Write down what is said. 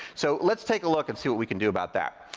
so let's take a look and see what we can do about that.